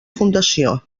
fundació